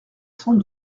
cent